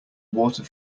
water